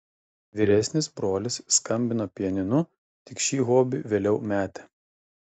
vyresnis brolis skambino pianinu tik šį hobį vėliau metė